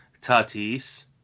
Tatis